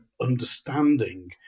understanding